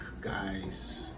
guys